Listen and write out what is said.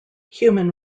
human